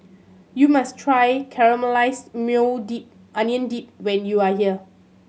you must try Caramelized Maui Dip Onion Dip when you are here